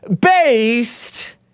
based